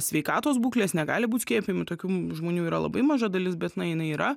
sveikatos būklės negali būti skiepijami tokių žmonių yra labai maža dalis bet na jinai yra